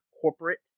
corporate